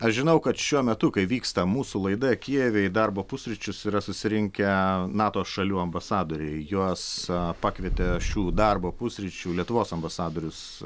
aš žinau kad šiuo metu kai vyksta mūsų laida kijeve į darbo pusryčius yra susirinkę nato šalių ambasadoriai juos pakvietė šių darbo pusryčių lietuvos ambasadorius